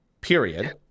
period